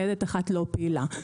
ניידת אחת לא פעילה.